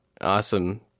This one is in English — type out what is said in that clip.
awesome